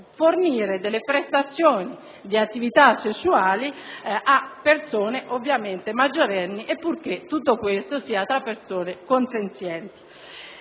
fornire prestazioni di attività sessuali a persone, ovviamente maggiorenni, e purché tutto questo avvenga tra persone consenzienti.